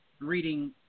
reading